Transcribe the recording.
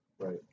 Right